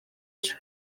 cyo